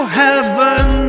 heaven